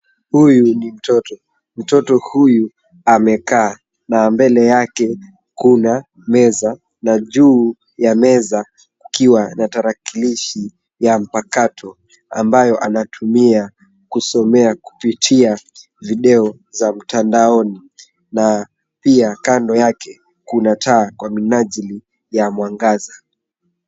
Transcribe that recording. Huyu ni mtoto. Mtoto huyu amekaa na mbele yake kuna meza na juu ya meza kukiwa na tarakilishi ya mpakato ambayo anatumia kusomea kupitia video za mtandaoni na pia kando yake kuna taa kwa minajili ya mwangaza.